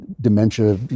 dementia